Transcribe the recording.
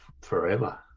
forever